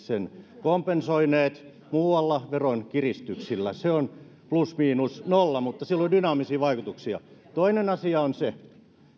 kompensoineet muualla veronkiristyksillä se on plus miinus nolla mutta sillä on dynaamisia vaikutuksia toinen asia on se